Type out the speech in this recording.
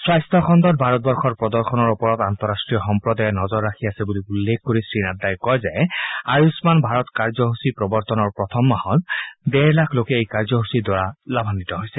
স্বাস্থ্য খণ্ডত ভাৰতবৰ্যৰ প্ৰদৰ্শনৰ ওপৰত আন্তঃৰাষ্ট্ৰীয় সম্প্ৰদায়ে নজৰ ৰাখি আছে বুলি উল্লেখ কৰি শ্ৰীনাড্ডাই কয় যে আয়ুগ্মান ভাৰত কাৰ্যসূচী প্ৰৱৰ্তনৰ প্ৰথম মাহত ডেৰ লাখ লোক এই কাৰ্যসূচীৰ দ্বাৰা লাভান্বিত হৈছে